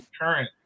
current